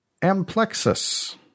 amplexus